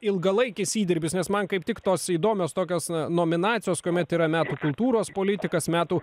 ilgalaikis įdirbis nes man kaip tik tos įdomios tokios nominacijos kuomet yra metų kultūros politikas metų